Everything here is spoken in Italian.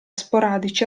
sporadici